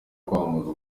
kwamamaza